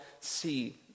see